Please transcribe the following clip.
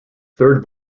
third